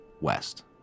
west